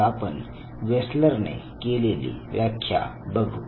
आज आपण वेसलर ने केलेली व्याख्या बघू